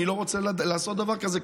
אני לא רוצה לעשות דבר כזה,